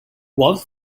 once